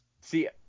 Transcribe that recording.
See